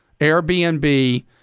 Airbnb